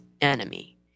enemy